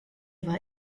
war